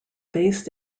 based